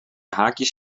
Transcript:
haakjes